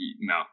No